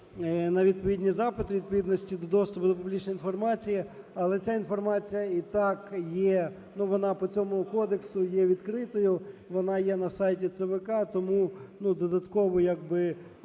на відповідні запити у відповідності до доступу до публічної інформації. Але ця інформація і так є, ну, вона по цьому кодексу є відкритою, вона є на сайті ЦВК, тому додатково як би